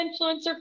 influencer